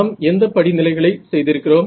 நாம் எந்த படிநிலைகளை செய்திருக்கிறோம்